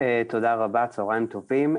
תודה רבה, צהרים טובים.